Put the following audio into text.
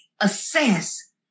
assess